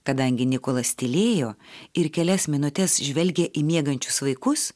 kadangi nikolas tylėjo ir kelias minutes žvelgė į miegančius vaikus